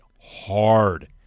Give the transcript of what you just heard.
hard